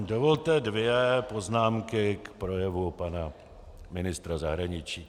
Dovolte dvě poznámky k projevu pana ministra zahraničí.